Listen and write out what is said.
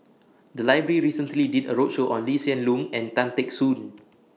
The Library recently did A roadshow on Lee Hsien Loong and Tan Teck Soon